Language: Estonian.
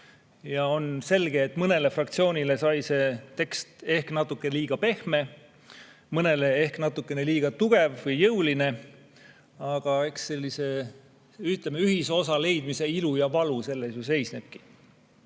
On selge, et mõnele fraktsioonile sai see tekst ehk natukene liiga pehme, mõnele ehk natukene liiga tugev või jõuline, aga eks sellise, ütleme, ühisosa leidmise ilu ja valu selles ju seisnebki.